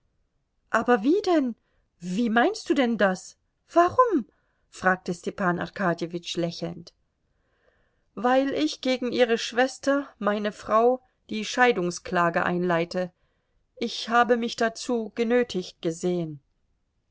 aber wie denn wie meinst du denn das warum fragte stepan arkadjewitsch lächelnd weil ich gegen ihre schwester meine frau die scheidungsklage einleite ich habe mich dazu genötigt gesehen